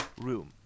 room